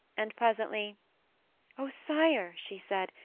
and presently o sire she said,